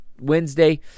Wednesday